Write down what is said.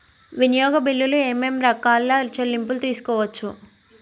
వినియోగ బిల్లులు ఏమేం రకాల చెల్లింపులు తీసుకోవచ్చు?